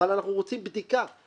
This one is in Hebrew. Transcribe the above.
אבל אנחנו רוצים בדיקה.